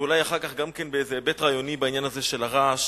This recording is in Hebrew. ואולי אחר כך גם כן באיזה היבט רעיוני בעניין הזה של הרעש,